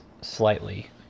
slightly